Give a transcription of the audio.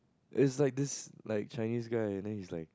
is like this like Chinese guy and then it's like